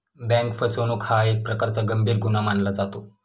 bank फसवणूक हा एक प्रकारचा गंभीर गुन्हा मानला जातो